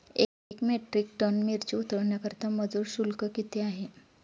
एक metric ton मिरची उतरवण्याकरता मजूर शुल्क किती आहे?